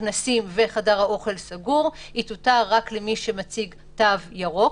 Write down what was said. כנסים וחדר אוכל סגור תותר רק למי שמציג תו ירוק